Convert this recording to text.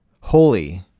Holy